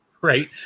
Right